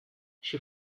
she